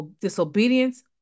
disobedience